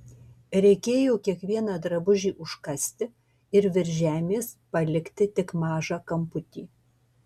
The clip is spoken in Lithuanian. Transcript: reikėjo kiekvieną drabužį užkasti ir virš žemės palikti tik mažą kamputį